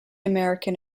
american